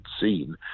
seen